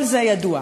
כל זה ידוע.